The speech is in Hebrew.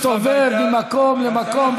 אתה מסתובב ממקום למקום,